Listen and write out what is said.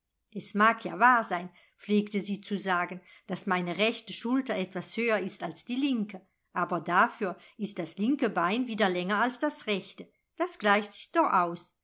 es mag ja wahr sein pflegte sie zu sagen daß meine rechte schulter etwas höher ist als die linke aber dafür ist das linke bein wieder länger als das rechte das gleicht sich doch aus